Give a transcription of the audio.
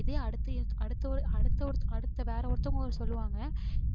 இதே அடுத்து அடுத்து அடுத்து அடுத்து வேறே ஒருத்தங்க சொல்லுவாங்க